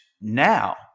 now